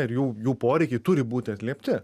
ir jų jų poreikiai turi būti atliepti